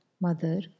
mother